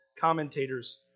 commentators